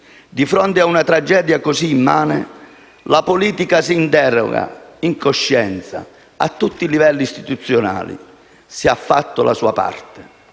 Di fronte a una tragedia così immane, la politica si interroghi in coscienza, a tutti i livelli istituzionali, se ha fatto la sua parte.